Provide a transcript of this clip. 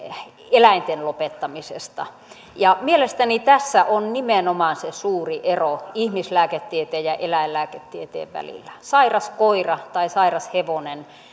eläinten lopettamisesta ja mielestäni tässä on nimenomaan se suuri ero ihmislääketieteen ja eläinlääketieteen välillä sairas koira tai sairas hevonen